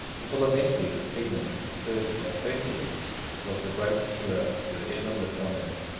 until eventually the theban asserted that hercules was the greatest hero who had ever lived on earth,